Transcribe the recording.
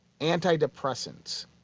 antidepressants